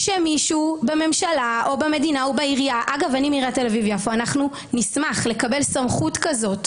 אנחנו בעיריית תל-אביב-יפו נשמח לקבל סמכות כזאת